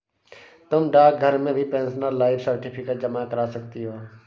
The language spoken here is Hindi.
तुम डाकघर में भी पेंशनर लाइफ सर्टिफिकेट जमा करा सकती हो